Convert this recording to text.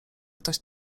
ktoś